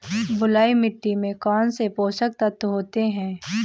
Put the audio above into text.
बलुई मिट्टी में कौनसे पोषक तत्व होते हैं?